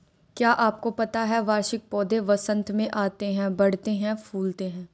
क्या आपको पता है वार्षिक पौधे वसंत में आते हैं, बढ़ते हैं, फूलते हैं?